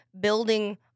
building